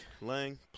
Lang